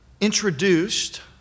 introduced